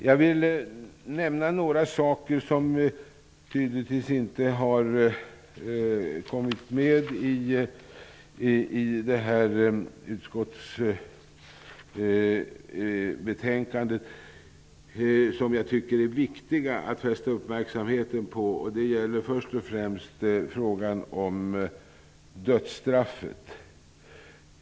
Jag vill nämna några saker som tydligen inte har kommit med i det här utskottsbetänkandet men som jag tycker att det är viktigt att fästa uppmärksamheten på. Först och främst gäller det frågan om dödsstraffet.